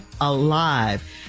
alive